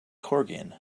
corgan